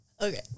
Okay